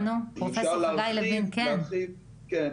כן.